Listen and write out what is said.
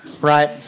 right